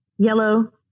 yellow